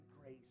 grace